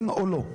כן או לא?